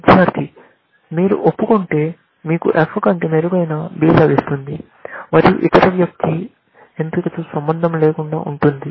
విద్యార్థి మీరు ఒప్పుకుంటే మీకు F కంటే మెరుగైన B లభిస్తుంది మరియు ఇతర వ్యక్తి ఎంపికతో సంబంధం లేకుండా ఉంటుంది